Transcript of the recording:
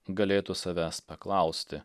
galėtų savęs paklausti